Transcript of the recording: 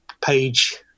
page